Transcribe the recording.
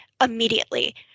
immediately